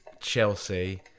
Chelsea